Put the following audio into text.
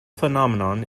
phenomenon